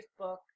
Facebook